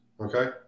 Okay